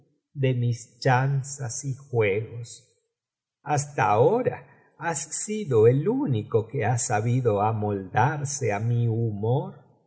de mis chanzas y juegos hasta ahora has sido el único que ha sabido amoldarse á mi humor y